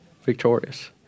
victorious